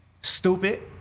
Stupid